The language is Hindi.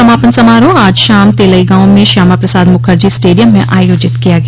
समापन समारोह आज शाम तेलईगांव में श्यामा प्रसाद मुखर्जी स्टेडियम में आयोजित किया गया